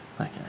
Okay